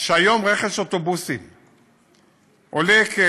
שהיום רכש אוטובוסים עולה, אני